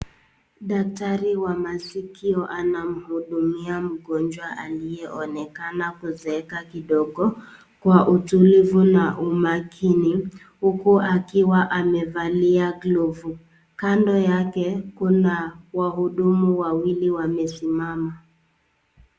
Daktari wa masikio anamhudumia mgonjwa aliyeonekana kuzeeka kidogo kwa utulivu na umakini uku akiwa amevalia glovu. Kando yake kuna wahudumu wawili wamesimama.